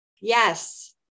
Yes